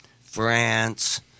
France